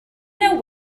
know